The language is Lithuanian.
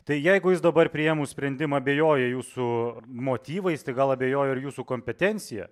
tai jeigu jis dabar priėmus sprendimą abejoja jūsų motyvais tai gal abejoja ir jūsų kompetencija